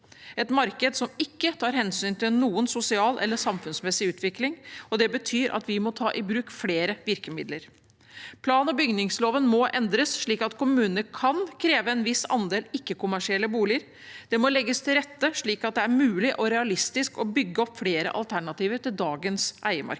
et marked som ikke tar hensyn til noen sosial eller samfunnsmessig utvikling. Det betyr at vi må ta i bruk flere virkemidler. Plan- og bygningsloven må endres, slik at kommunene kan kreve en viss andel ikke-kommersielle boliger. Det må legges til rette slik at det er mulig og realistisk å bygge opp flere alternativer til dagens eiemarked.